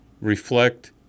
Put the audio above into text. reflect